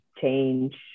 change